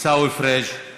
עיסאווי פריג';